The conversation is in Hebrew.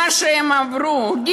מה שהם עברו בחיים,